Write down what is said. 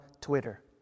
Twitter